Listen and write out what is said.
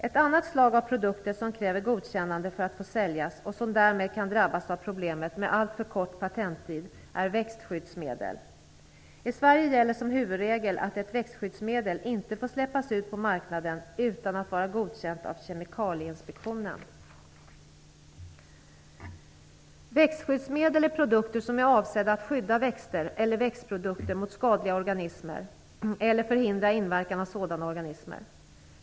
Ett annat slag av produkter som kräver godkännande för att få säljas och som därmed kan drabbas av problemet med alltför kort patenttid är växtskyddsmedel. I Sverige gäller som huvudregel att ett växtskyddsmedel inte får släppas ut på marknaden utan att vara godkänt av Kemikalieinspektionen. Växtskyddsmedel är produkter som är avsedda att skydda växter eller växtprodukter mot skadliga organismer eller förhindra inverkan av sådana organismer.